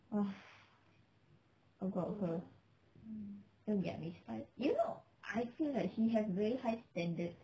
ah about apa don't get me star~ you know I feel like she has very high standards